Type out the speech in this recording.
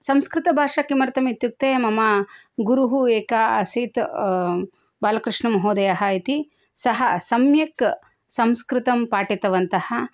संस्कृतभाषा किमर्थमित्युक्ते मम गुरुः एक आसीत् बालकृष्णमहोदयः इति सः सम्यक् संस्कृतं पाठितवन्तः